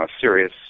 serious